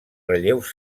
relleus